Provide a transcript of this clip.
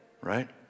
right